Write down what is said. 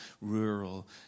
rural